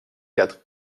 quatre